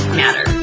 matter